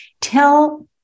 Tell